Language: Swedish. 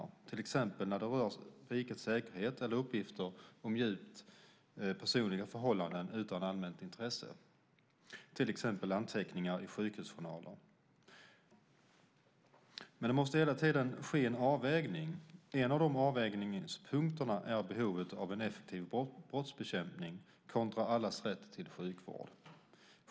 Det kan handla om sådant som rör rikets säkerhet eller uppgifter om djupt personliga förhållanden utan allmänt intresse, till exempel anteckningar i sjukhusjournaler. Men det måste hela tiden ske en avvägning. En av de avvägningspunkterna är behovet av en effektiv brottsbekämpning kontra allas rätt till sjukvård.